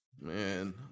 Man